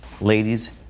Ladies